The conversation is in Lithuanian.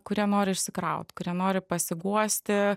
kurie nori išsikraut kurie nori pasiguosti